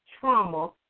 trauma